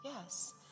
Yes